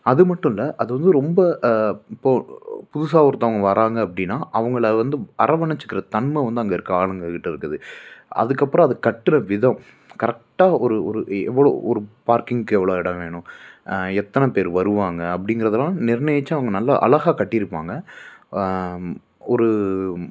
அது மட்டும் இல்லை அது வந்து ரொம்ப இப்போது புதுசாக ஒருத்தவங்க வராங்கள் அப்படின்னா அவங்கள வந்து அரவணைச்சிக்கிற தன்மை வந்து அங்கே இருக்குது காலங்ககிட்ட இருக்குது அதுக்கப்பறம் அது கட்டுகிற விதம் கரெக்டாக ஒரு ஒரு இ எவ்வளோ ஒரு பார்க்கிங்க்கு எவ்வளோ எடம் வேணும் எத்தனை பேர் வருவாங்கள் அப்படிங்கிறதுலாம் நிர்ணயிச்சு அவங்க நல்லா அழகாக கட்டியிருப்பாங்க ஒரு